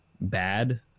bad